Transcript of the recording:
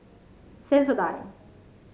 sensodyne